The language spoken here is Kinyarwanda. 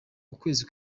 ukwezi